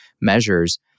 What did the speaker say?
measures